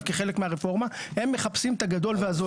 כחלק מהרפורמה מחפשים את הגדול והזול.